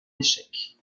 échec